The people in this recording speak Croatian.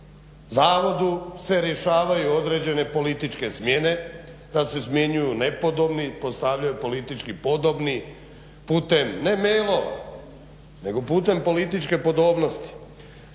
zavodu se rješavaju određene političke smjene, da se smjenjuju nepodobni i postavljaju politički podobni putem ne e-mailova, nego putem političke podobnosti.